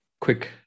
quick